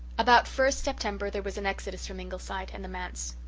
about first september there was an exodus from ingleside and the manse.